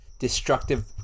Destructive